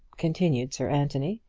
continued sir anthony,